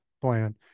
plan